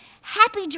happy